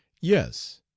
Yes,—